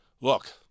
look